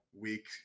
week